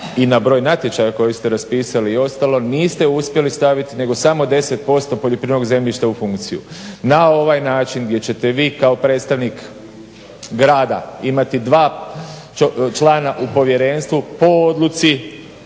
i na broj natječaja koje ste raspisali i ostalo niste uspjeli staviti nego samo 10% poljoprivrednog zemljišta u funkciju na ovaj način gdje ćete vi kao predstavnik grada imati dva člana u povjerenstvu po odluci